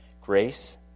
grace